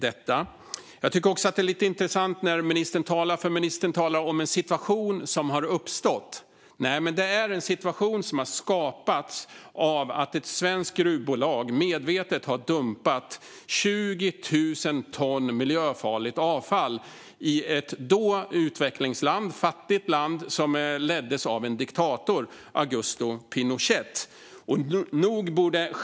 Det är också intressant när ministern talar om en situation som har uppstått. Nej, det är en situation som har skapats av att ett svenskt gruvbolag medvetet har dumpat 20 000 ton miljöfarligt avfall i ett dåvarande fattigt utvecklingsland som leddes av diktatorn Augusto Pinochet.